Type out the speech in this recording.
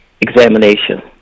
examination